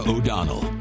O'Donnell